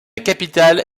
capitale